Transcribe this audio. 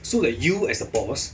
so that you as a boss